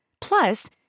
Plus